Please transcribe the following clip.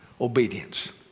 Obedience